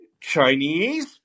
Chinese